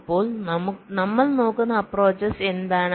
അപ്പോൾ നമ്മൾ നോക്കുന്ന അപ്പ്രോച്ച്സ് എന്താണ്